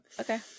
okay